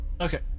Okay